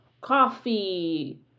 coffee